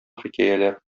хикәяләр